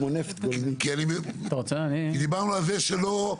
כי דיברנו על זה שלא,